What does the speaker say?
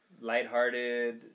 lighthearted